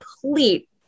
complete